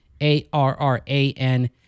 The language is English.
A-R-R-A-N